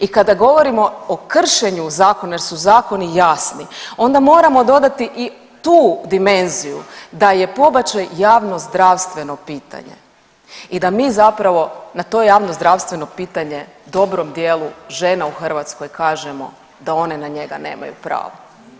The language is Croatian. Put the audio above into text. I kada govorimo o kršenju zakona jer su zakoni jasni onda moramo dodati i tu dimenziju da je pobačaj javnozdravstveno pitanja i da mi zapravo na to javnozdravstveno pitanje dobrom dijelu žena u Hrvatskoj kažemo da one na njega nemaju pravo.